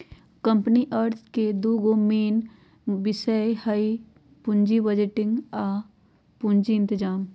company अर्थ में दूगो मेन विषय हइ पुजी बजटिंग आ पूजी इतजाम